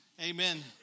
Amen